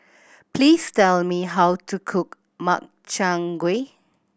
please tell me how to cook Makchang Gui